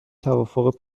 توافق